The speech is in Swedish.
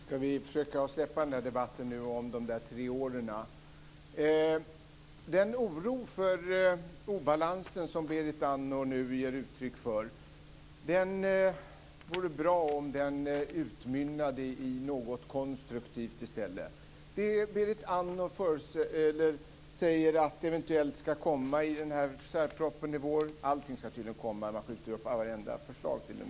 Fru talman! Skall vi inte försöka släppa debatten om de tre åren nu? Det vore bra om den oro för obalansen som Berit Andnor nu ger uttryck för utmynnade i något konstruktivt. Berit Andnor säger att det eventuellt skall komma någonting i särpropositionen i vår. Allting skall tydligen komma i särpropositionen, och man skjuter upp alla förslag till den.